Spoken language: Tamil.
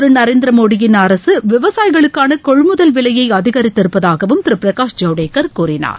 திரு நரேந்திரமோடியின் அரசு விவசாயிகளுக்கான கொள்முதல் விலையை அதிகித்து பிரதமர் இருப்பதாகவும் திரு பிரகாஷ் ஜவடேக்கர் கூறினார்